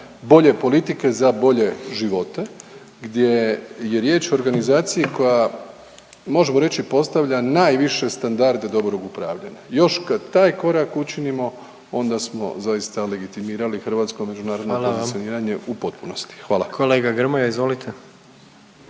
bolje politike za bolje živote gdje je riječ o organizaciji koja možemo reći postavlja najviše standarde dobrog upravljanja. Još kad taj korak učinimo onda smo zaista legitimirali hrvatsko međunarodno pozicioniranje … …/Upadica predsjednik: Hvala